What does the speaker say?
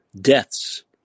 deaths